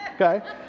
okay